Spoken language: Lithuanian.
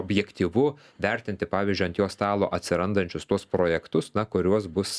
objektyvu vertinti pavyzdžiui ant jo stalo atsirandančius tuos projektus na kuriuos bus